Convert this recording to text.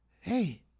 Hey